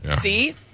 See